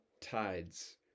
tides